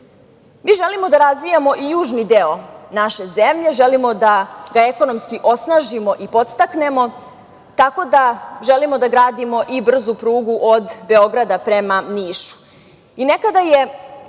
Mi želimo da razvijamo i južni deo naše zemlje, želimo da ekonomski osnažimo i podstaknemo, tako da, želimo da gradimo i brzu prugu od Beograda prema